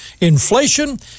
inflation